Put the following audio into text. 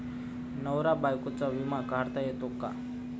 नवरा बायकोचा विमा काढता येतो का?